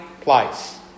place